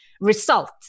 result